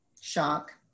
shock